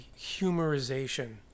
humorization